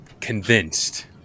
convinced